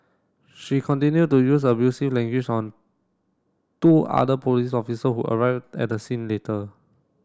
she continued to use abusive language on two other police officer who arrived at the scene later